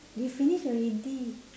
they finish already